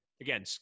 again